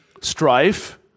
strife